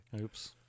Oops